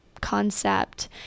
concept